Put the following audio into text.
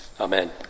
Amen